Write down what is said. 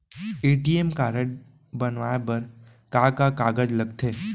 ATM card बनवाये बर का का कागज लगथे?